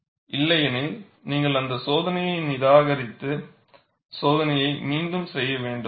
இல்லையெனில் நீங்கள் அந்த சோதனையை நிராகரித்து சோதனையை மீண்டும் செய்ய வேண்டும்